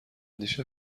دیشب